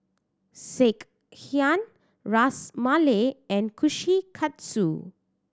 Sekihan Ras Malai and Kushikatsu